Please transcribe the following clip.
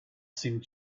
seemed